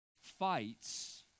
fights